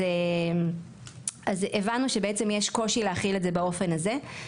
אז הבנו שבעצם יש קושי להחיל את זה באופן הזה,